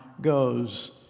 goes